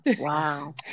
Wow